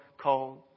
cold